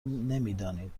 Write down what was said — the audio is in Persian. نمیدانیم